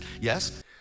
Yes